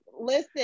Listen